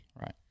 right